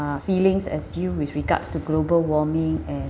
feelings as you with regards to global warming and